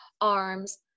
arms